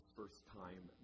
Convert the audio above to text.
first-time